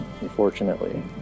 unfortunately